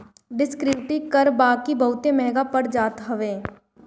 descriptive कर बाकी बहुते महंग पड़ जात हवे